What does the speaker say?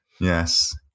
Yes